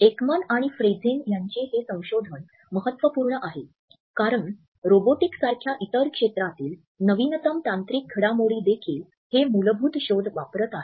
Ekman आणि Friesen यांचे हे संशोधन महत्त्वपूर्ण आहे कारण रोबोटिक्स सारख्या इतर क्षेत्रातील नवीनतम तांत्रिक घडामोडी देखील हे मूलभूत शोध वापरत आहेत